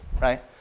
right